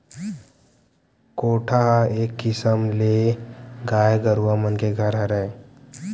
कोठा ह एक किसम ले गाय गरुवा मन के घर हरय